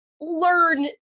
learn